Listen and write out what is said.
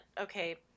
okay